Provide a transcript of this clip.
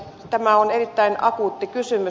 tämä on erittäin akuutti kysymys